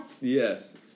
Yes